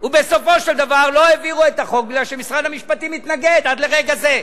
ובסופו של דבר לא העבירו את החוק כי משרד המשפטים התנגד עד לרגע זה.